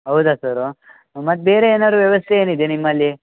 ಹೌದಾ ಸರು ಮತ್ತೆ ಏನಾದ್ರು ವ್ಯವಸ್ಥೆ ಏನಿದೆ ನಿಮ್ಮಲ್ಲಿ